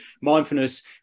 mindfulness